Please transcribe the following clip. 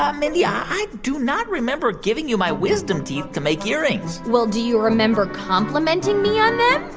um mindy, i do not remember giving you my wisdom teeth to make earrings well, do you remember complimenting me on them?